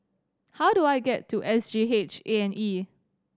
how do I get to S G H A and E